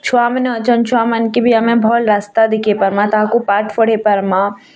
ଛୁଆ ମାନେ ଅଛନ୍ ଛୁଆମାନକେ ଭି ଆମେ ଭଲ୍ ରାସ୍ତା ଦେଖେଇ ପାରିବାଁ ତାହାକୁ ପାଠ୍ ପଢ଼େଇ ପାରିବାଁ